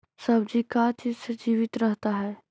सब्जी का चीज से जीवित रहता है?